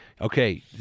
okay